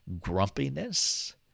grumpiness